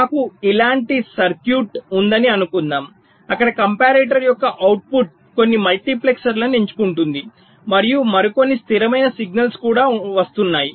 నాకు ఇలాంటి సర్క్యూట్ ఉందని అనుకుందాం అక్కడ కంపారిటర్ యొక్క అవుట్పుట్ కొన్ని మల్టీప్లెక్సర్లను ఎంచుకుంటుంది మరియు మరికొన్ని స్థిరమైన సిగ్నల్ కూడా వస్తున్నాయి